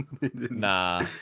Nah